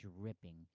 dripping